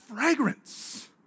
fragrance